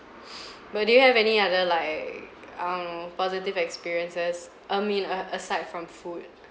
but do you have any other like I don't know positive experiences I mean uh aside from food